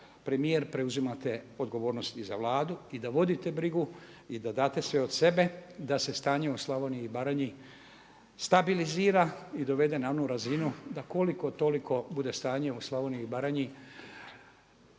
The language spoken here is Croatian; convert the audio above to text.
premijer preuzimate odgovornost i za Vladu i da vodite brigu i da date sve od sebe da se stanje u Slavoniji i Baranji stabilizira i dovede na onu razinu da koliko toliko bude stanje u Slavoniji i Baranji